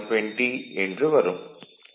nsP120 என்று வரும்